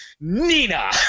Nina